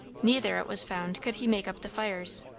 neither, it was found, could he make up the fires.